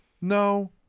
no